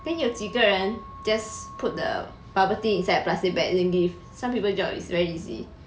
then 有几个人 just put the bubble tea inside the plastic bag then give some people job is very easy